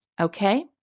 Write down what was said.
Okay